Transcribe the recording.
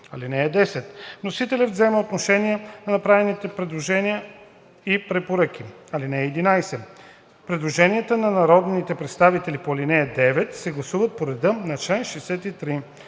(10) Вносителят взема отношение по направените предложения и препоръки. (11) Предложенията на народните представители по ал. 9 се гласуват по реда на чл. 63.